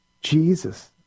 Jesus